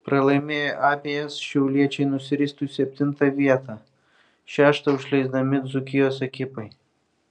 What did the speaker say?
pralaimėję abejas šiauliečiai nusiristų į septintą vietą šeštą užleisdami dzūkijos ekipai